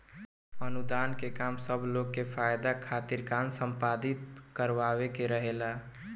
अनुदान के काम सब लोग के फायदा खातिर कार्य संपादित करावे के रहेला